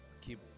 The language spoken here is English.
keep